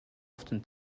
often